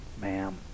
ma'am